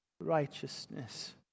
righteousness